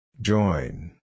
Join